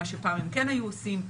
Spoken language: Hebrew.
מה שפעם הם כן היו עושים.